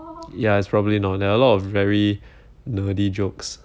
ya it's probably not there are a lot of very nerdy jokes